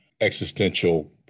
existential